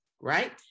right